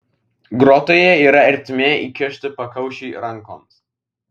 grotoje yra ertmė įkišti pakaušiui rankoms